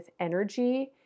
energy